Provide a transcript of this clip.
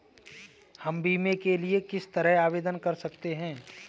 हम बीमे के लिए किस तरह आवेदन कर सकते हैं?